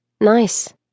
nice